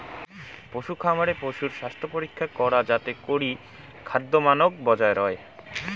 পশুখামারে পশুর স্বাস্থ্যপরীক্ষা করা যাতে করি খাদ্যমানক বজায় রয়